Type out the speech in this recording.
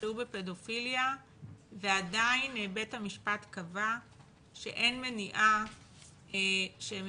שהורשעו בפדופיליה ועדיין בית המשפט קבע שאין מניעה שהם